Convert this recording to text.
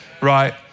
right